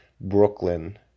Brooklyn